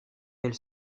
elle